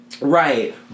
right